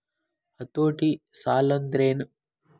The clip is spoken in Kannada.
ಹತೋಟಿ ಸಾಲಾಂದ್ರೆನ್?